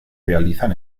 realizan